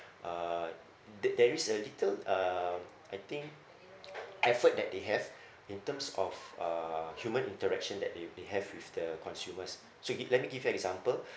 uh the there is a little um I think effort that they have in terms of uh human interaction that they they have with the consumers so gi~ let me give you example